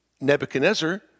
Nebuchadnezzar